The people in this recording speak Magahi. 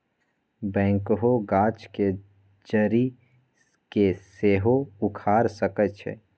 बैकहो गाछ के जड़ी के सेहो उखाड़ सकइ छै